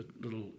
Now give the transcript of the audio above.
little